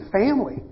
family